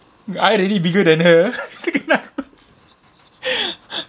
I already bigger than her still kena